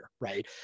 right